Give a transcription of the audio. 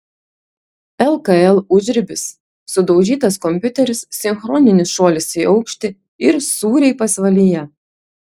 lkl užribis sudaužytas kompiuteris sinchroninis šuolis į aukštį ir sūriai pasvalyje